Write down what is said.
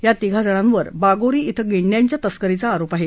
या तिघाजणांवर बागोरी कें गेंड्यांच्या तस्करीचा आरोप आहे